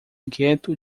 gueto